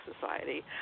Society